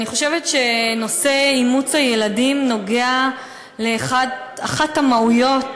אני חושבת שנושא אימוץ הילדים נוגע לאחת המהויות